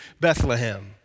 Bethlehem